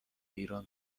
ایران